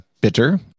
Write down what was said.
bitter